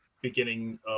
beginning